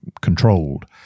controlled